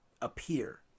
appear